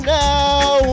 now